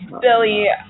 Billy